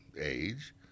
age